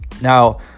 now